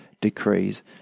decrees